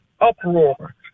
uproar